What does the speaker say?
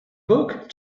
book